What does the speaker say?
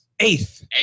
Eighth